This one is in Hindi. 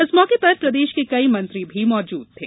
इस मौके पर प्रदेश के कई मंत्री भी मौजूद थे